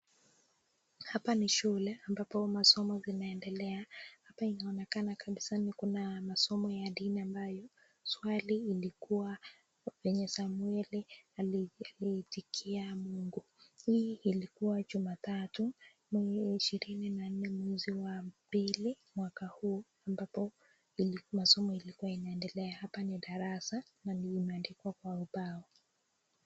Hapa ni shule ambapo masomo zinaendelea. Hapa inaonekana kabisa ni kuna masomo ya dini ambayo swali ilikuwa venye Samueli aliitikia Mungu. Hii ilikuwa Jumatatu, 24 mwezi wa mbili mwaka huu ambapo masomo ilikuwa inaendelea. Hapa ni darasa na imeandikwa kwa ubao.